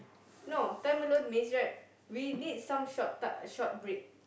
no time alone means right we need some short time short break